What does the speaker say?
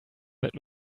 that